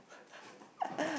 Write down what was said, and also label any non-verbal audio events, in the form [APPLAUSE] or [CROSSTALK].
[LAUGHS]